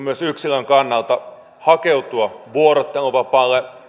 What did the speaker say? myös yksilön kannalta hakeutua vuorotteluvapaalle